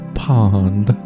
pond